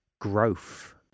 growth